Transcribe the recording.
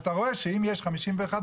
אז אתה רואה שאם יש חמישים ואחד אחוז